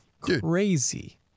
crazy